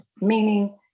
meaning